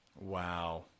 Wow